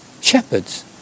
Shepherds